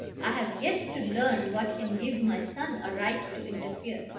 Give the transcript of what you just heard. i have yet to learn what can give my son a right to interfere.